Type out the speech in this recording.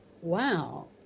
wow